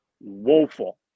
woeful